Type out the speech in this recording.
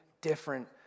different